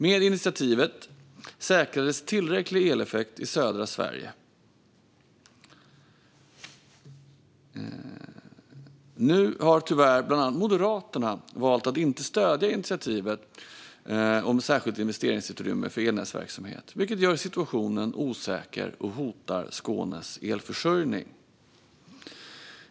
Med initiativet säkrades tillräcklig eleffekt i södra Sverige. Nu har tyvärr bland annat Moderaterna valt att inte stödja initiativet om särskilt investeringsutrymme för elnätsverksamhet, vilket gör situationen osäker och hotar Skånes elförsörjning.